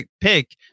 pick